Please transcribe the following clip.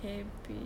habit